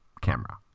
camera